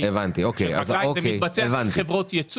זה מתבצע על ידי חברות ייצוא.